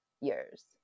years